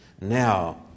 Now